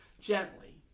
gently